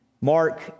Mark